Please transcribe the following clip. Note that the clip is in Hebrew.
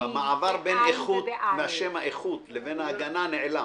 במעבר בין השם "איכות" לבין ה"הגנה" נעלם.